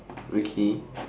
okay